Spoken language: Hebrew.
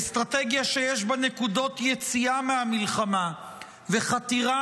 אסטרטגיה שיש בה נקודות יציאה מהמלחמה וחתירה